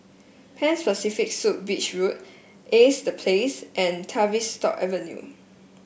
Pan Pacific Suites Beach Road Ace The Place and Tavistock Avenue